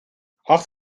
acht